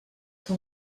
que